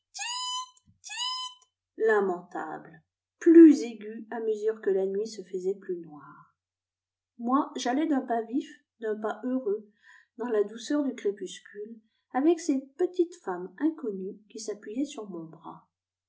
plus aigu à mesure que la nuit se faisait plus noire moi jallais d'un pas vif d'un pas heureux dans la douceur du crépuscule avec cette petite femme inconnue qui s'appuyait sur mon bras